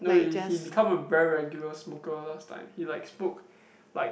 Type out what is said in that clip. no he he become a very regular smoker last time he like smoke like